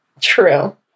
True